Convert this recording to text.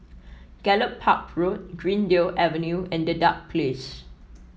Gallop Park Road Greendale Avenue and Dedap Place